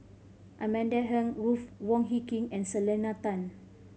Amanda Heng Ruth Wong Hie King and Selena Tan